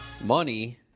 money